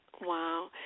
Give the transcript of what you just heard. Wow